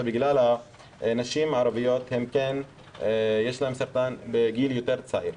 בגלל שהנשים הערביות יש להן סרטן בגיל יותר צעיר,